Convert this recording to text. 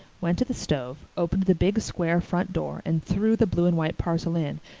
went to the stove, opened the big, square front door, and threw the blue and white parcel in,